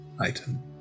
item